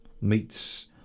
meets